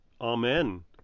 Amen